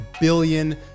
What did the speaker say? billion